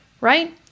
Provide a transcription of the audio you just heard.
Right